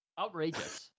outrageous